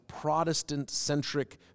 Protestant-centric